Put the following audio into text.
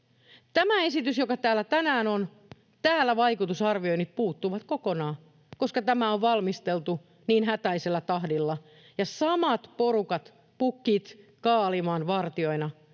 Tästä esityksestä, joka täällä tänään on, vaikutusarvioinnit puuttuvat kokonaan, koska tämä on valmisteltu niin hätäisellä tahdilla. Ja samat porukat, pukit kaalimaan vartijoina,